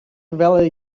valley